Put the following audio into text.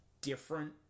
different